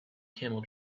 camel